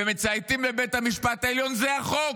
ומצייתים לבית המשפט העליון, זה החוק,